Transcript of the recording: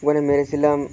ওখানে মেরেছিলাম